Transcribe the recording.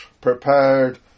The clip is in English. prepared